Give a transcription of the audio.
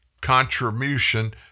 contribution